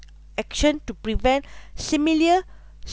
action to prevent similar